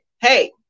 Hey